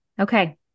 Okay